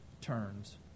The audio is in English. turns